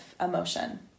emotion